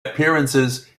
appearances